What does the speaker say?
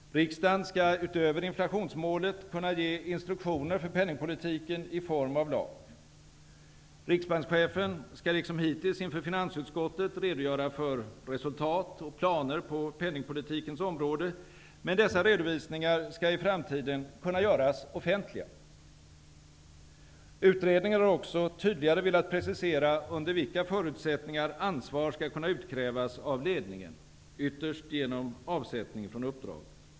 Riksdagen skall utöver inflationsmålet kunna ge instruktioner för penningpolitiken i form av lag. Riksbankschefen skall liksom hittills inför finansutskottet redogöra för resultat och planer på penningpolitikens område, men dessa redovisningar skall i framtiden kunna göras offentliga. Utredningen har också tydligare velat precisera under vilka förutsättningar ansvar skall kunna utkrävas av ledningen, ytterst genom avsättning från uppdraget.